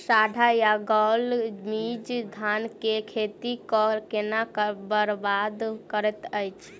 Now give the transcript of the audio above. साढ़ा या गौल मीज धान केँ खेती कऽ केना बरबाद करैत अछि?